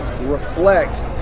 reflect